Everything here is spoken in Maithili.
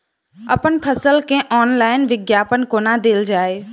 अप्पन फसल केँ ऑनलाइन विज्ञापन कोना देल जाए?